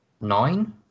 nine